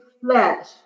flesh